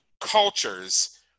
cultures